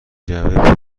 جعبه